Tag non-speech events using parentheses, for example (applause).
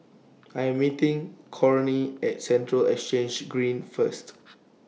I Am meeting (unintelligible) At Central Exchange Green First